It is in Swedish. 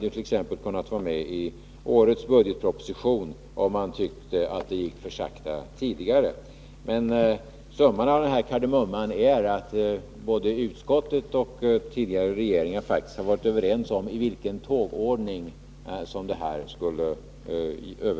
Ett sådant förslag hade kunnat finnas med i årets budgetproposition, om man hade tyckt att det tidigare gått för sakta. Summan av kardemumman är dock att utskottet och den föregående regeringen har varit överens om i vilken tågordning som överföringen skulle ske.